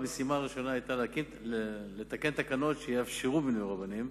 המשימה הראשונה היתה לתקן תקנות שיאפשרו מינוי רבנים,